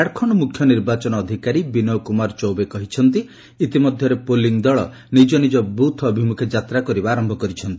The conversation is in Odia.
ଝାଡ଼ଖଣ୍ଡ ମୁଖ୍ୟ ନିର୍ବାଚନ ଅଧିକାରୀ ବିନୟ କୁମାର ଚୌବେ କହିଛନ୍ତି ଯେ ଇତିମଧ୍ୟରେ ପୋଲିଂ ଦଳ ନିଜ ନିଜ ବୁଥ୍ ଅଭିମୁଖେ ଯାତ୍ରା କରିବା ଆରମ୍ଭ କରିଛନ୍ତି